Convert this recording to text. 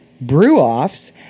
brew-offs